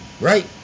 Right